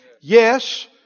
Yes